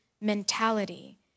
mentality